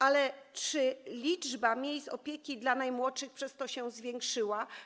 Ale czy liczba miejsc opieki dla najmłodszych się przez to zwiększyła?